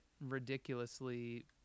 ridiculously